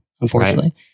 unfortunately